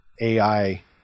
AI